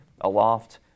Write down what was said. aloft